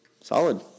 Solid